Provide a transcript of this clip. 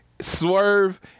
swerve